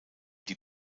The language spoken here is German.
die